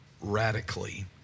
radically